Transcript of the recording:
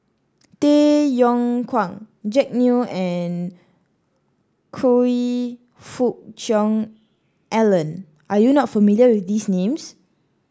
Tay Yong Kwang Jack Neo and Choe Fook Cheong Alan are you not familiar with these names